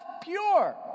pure